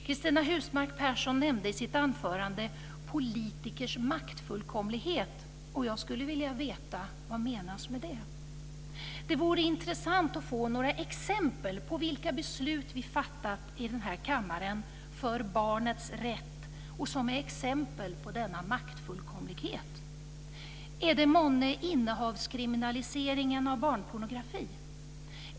Cristina Husmark Pehrsson nämnde i sitt anförande politikers maktfullkomlighet, och jag skulle vilja veta vad som menas med det. Det vore intressant att få några exempel på vilka beslut vi fattat i den här kammaren för barnets rätt som är exempel på denna maktfullkomlighet. Är det månne innehavskriminaliseringen av barnpornografi?